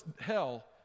hell